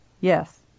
yes